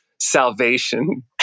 salvation